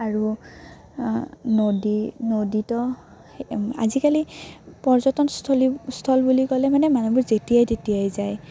আৰু নদী নদীত আজিকালি পৰ্যটনস্থলী স্থল বুলি ক'লে মানে মানুহবোৰ যেতিয়াই তেতিয়াই যায়